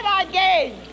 again